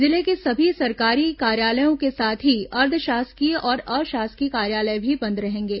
जिले के सभी सरकारी कार्यालयों के साथ ही अर्द्वशासकीय और अशासकीय कार्यालय भी बंद रहेंगे